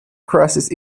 crosses